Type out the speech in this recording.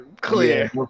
clear